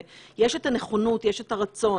יש את הנכונות, יש את הרצון